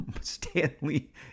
Stanley